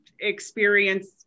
experience